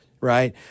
Right